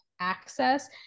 access